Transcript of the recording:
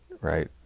right